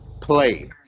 play